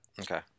Okay